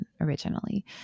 originally